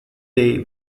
day